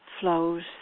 flows